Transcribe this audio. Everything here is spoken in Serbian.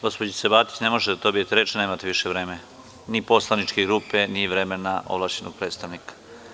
Gospođice Batić, ne možete da dobijate reč, nemate više vreme ni poslaničke grupe, ni vremena ovlašćenog predstavnika.